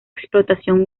explotación